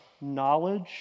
knowledge